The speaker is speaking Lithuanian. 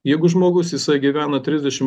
jeigu žmogus jisai gyvena trisdešim